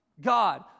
God